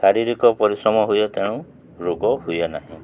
ଶାରୀରିକ ପରିଶ୍ରମ ହୁଏ ତେଣୁ ରୋଗ ହୁଏ ନାହିଁ